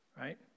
right